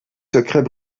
secrets